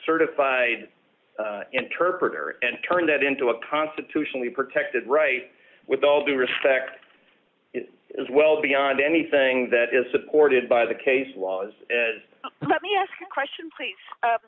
certified interpreter and turn that into a constitutionally protected right with all due respect is well beyond anything that is supported by the case laws let me ask you a question